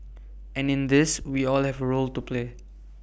and in this we all have A role to play